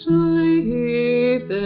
Sleep